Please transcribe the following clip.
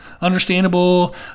understandable